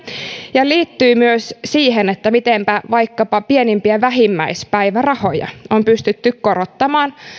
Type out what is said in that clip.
ja liittyy myös siihen miten vaikkapa pienimpiä vähimmäispäivärahoja on pystytty korottamaan